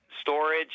storage